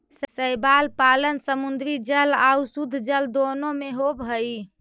शैवाल पालन समुद्री जल आउ शुद्धजल दोनों में होब हई